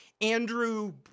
Andrew